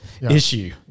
issue